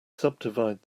subdivide